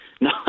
No